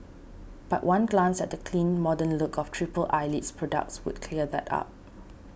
but one glance at the clean modern look of Triple Eyelid's products would clear that up